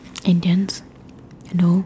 and then you know